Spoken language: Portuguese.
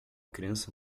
criança